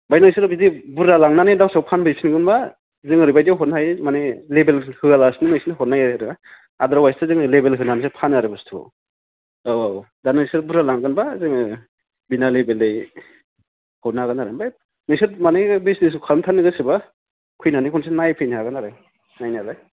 ओमफ्रायथ' बिसोरो बुरजा लांनानै गावसोर फानहैफिनगोनब्ला जों ओरैबायदि हरनो हायो माने लेभेल होआलासिनो बिसोरनो हरनो हायो आरो आदारवायस थ' जों लेभेल होनानैसो फानो आरो बुस्थुखौ औ औ दा नोंसोर बुरजा लांगोन बा जोङो बिना लेभेलै हरनो हागोन आरो ओमफ्राय बिसोर माने बिजनेसखौ खालामथारनो गोसो बा फैनानै खनसे नायफैनो हागोन आरो नायनायालाय